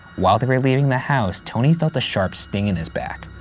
while they were leaving the house, tony felt a sharp sting in his back.